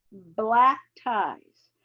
black ties.